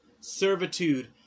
servitude